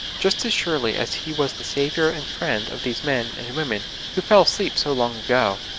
just as surely as he was the saviour and friend of these men and women who fell asleep so long ago!